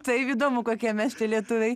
taip įdomu kokie mes čia lietuviai